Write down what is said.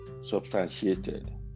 substantiated